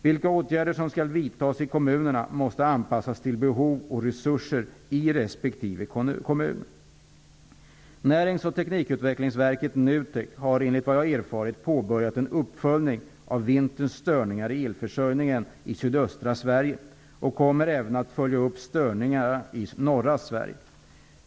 Vilka åtgärder som skall vidtas i kommunerna måste anpassas till behov och resurser i respektive kommun. har enligt vad jag erfarit påbörjat en uppföljning av vinterns störningar i elförsörjningen i sydöstra Sverige och kommer även att följa upp störningarna i norra Sverige.